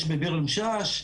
יש בביר משאש,